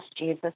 Jesus